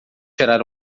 tirar